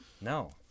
No